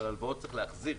אבל הלוואות צריך להחזיר,